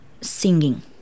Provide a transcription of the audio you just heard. singing